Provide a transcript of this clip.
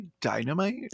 dynamite